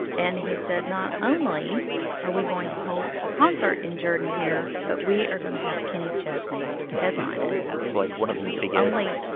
and he said not only are we going to hold a concert in jordan-hare, but we are going to have kenny chesney headline it like, one of the biggest. the yeah only.